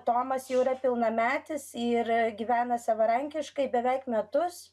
tomas jau yra pilnametis ir gyvena savarankiškai beveik metus